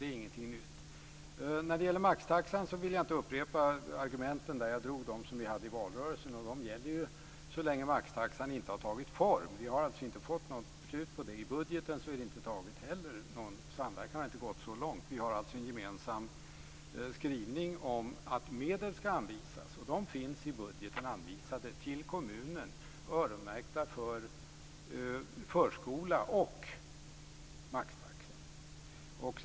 Det är ingenting nytt. När det gäller maxtaxan vill jag inte upprepa argumenten. Jag drog dem som vi hade i valrörelsen. De gäller så länge maxtaxan inte har tagit form. Vi har alltså inte fått något beslut om det. Inte heller i budgeten är beslut fattat. Samverkan har inte gått så långt. Vi har en gemensam skrivning om att medel skall anvisas. De finns anvisade i budgeten till kommuner, öronmärkta för förskola och maxtaxa.